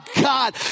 God